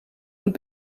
und